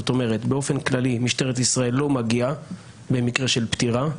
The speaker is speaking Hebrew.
באופן כללי משטרת ישראל לא מגיעה במקרה של פטירה,